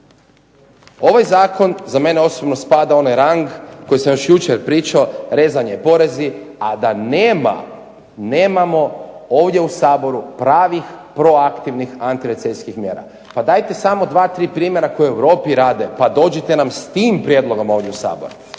Ovaj zakon za mene osobno spada u onaj rang koji sam još jučer pričao, rezanje porezi, a da nema, nemamo ovdje u Saboru pravih proaktivnih antirecesijskih mjera. Pa dajte samo dva, tri primjera koji u Europi rade, pa dođite nam s tim prijedlogom ovdje u Sabor.